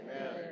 Amen